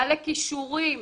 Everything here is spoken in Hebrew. בעלי כישורים.